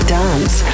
dance